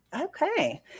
Okay